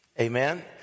amen